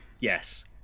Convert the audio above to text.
yes